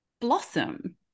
blossom